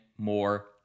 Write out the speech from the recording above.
more